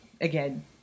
Again